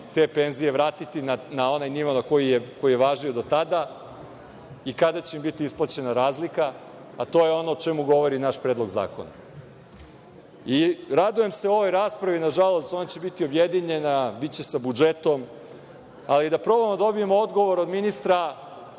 te penzije vratiti na onaj nivo koji je važio do tada i kada će im biti isplaćena razlika, a to je o čemu govori naš Predlog zakona. Radujem se ovoj raspravi. Nažalost, ona će biti objedinjena, biće sa budžetom, ali da probamo da dobijemo odgovor od ministra